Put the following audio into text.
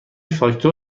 فاکتور